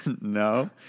No